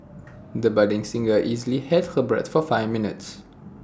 the budding singer easily held her breath for five minutes